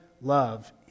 love